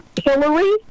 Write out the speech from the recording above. Hillary